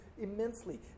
immensely